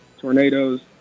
tornadoes